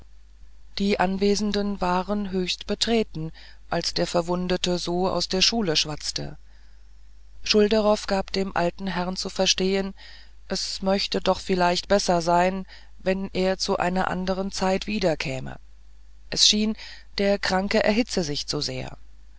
die anwesenden waren alle höchst betreten als der verwundete so aus der schule schwatzte schulderoff gab dem alten herrn zu verstehen es möchte doch vielleicht besser sein wenn er zu einer andern zeit wiederkäme es scheine der kranke erhitze sich zu sehr